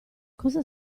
cosa